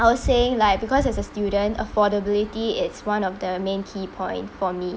I would say like because as a student affordability is one of the main key point for me